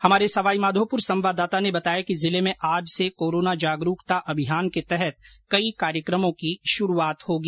हमारे सवाईमाधोपुर संवाददाता ने बताया कि जिले में आज से कोरोना जागरूकता अभियान के तहत कई कार्यक्रमों की शुरूआत होगी